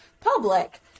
public